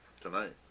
Tonight